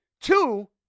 Two